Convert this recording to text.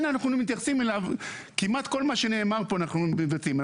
אנחנו מתייחסים אליו כמעט כל מה שנאמר פה אנחנו מבצעים,